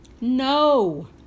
no